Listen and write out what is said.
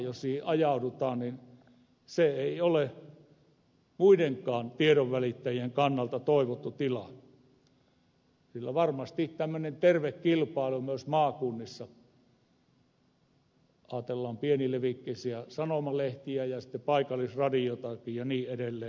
jos tällaiseen tilanteeseen ajaudutaan se ei ole muidenkaan tiedonvälittäjien kannalta toivottu tilanne sillä varmasti tällainen terve kilpailu myös maakunnissa jos ajatellaan pienilevikkisiä sanomalehtiä ja paikallisradiotakin ja niin edelleen